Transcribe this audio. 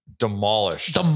Demolished